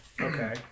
Okay